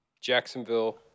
Jacksonville